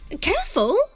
Careful